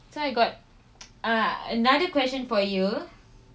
so I got ah another question for you